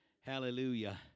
Hallelujah